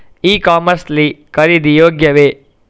E commerce ಲ್ಲಿ ಖರೀದಿ ಯೋಗ್ಯವೇ?